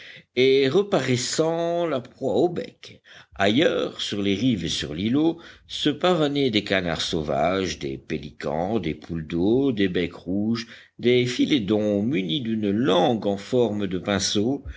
et reparaissant la proie au bec ailleurs sur les rives et sur l'îlot se pavanaient des canards sauvages des pélicans des poules d'eau des becs rouges des philédons munis d'une langue en forme de pinceau